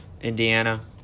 Indiana